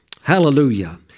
Hallelujah